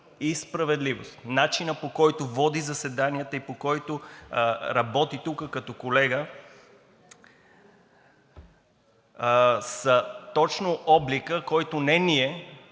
и справедливост, начинът, по който води заседанията и по който работи тук като колега, е точно обликът, който не ние,